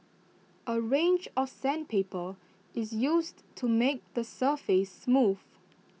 A range of sandpaper is used to make the surface smooth